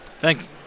Thanks